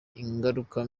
ingaruka